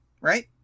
right